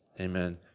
Amen